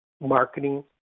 marketing